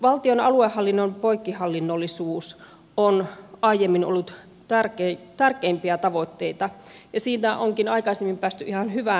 valtion aluehallinnon poikkihallinnollisuus on aiemmin ollut tärkeimpiä tavoitteita ja siinä onkin aikaisemmin päästy ihan hyvään alkuun